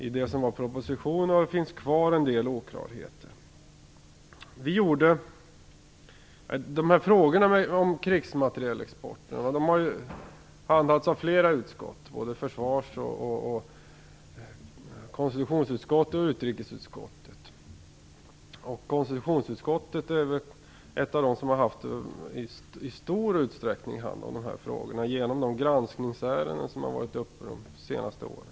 I propositionen finns en del oklarheter kvar. Frågorna om krigsmaterielexport har behandlats av flera utskott: utrikes-, försvars och konstitutionsutskott. Konstitutionsutskottet är det utskott som i stor utsträckning haft hand om dessa frågor genom de granskningsärenden som varit uppe de senaste åren.